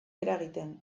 eragiten